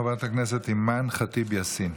חברת הכנסת אימאן ח'טיב יאסין,